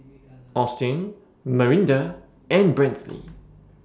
Austyn Marinda and Brantley